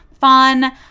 fun